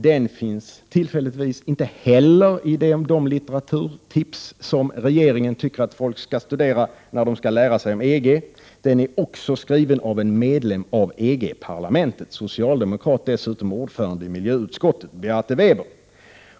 Denna skrift finns tillfälligtvis inte heller bland de litteraturtips som regeringen tycker att folket skall tänka på när de vill lära sig något om EG. Även denna bok har skrivits av en medlem av EG-parlamentet, dessutom socialdemokrat och ordförande i miljöutskottet. Författaren heter Beate Weber.